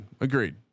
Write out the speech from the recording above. Agreed